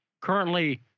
currently